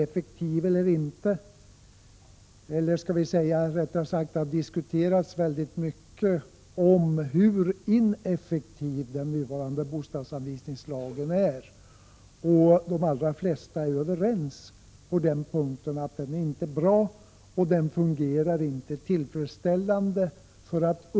Det har diskuterats mycket hur ineffektiv den nuvarande bostadsanvisningslagen är. De allra flesta är överens om att den inte är bra och att den inte fungerar tillfredsställande.